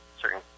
certain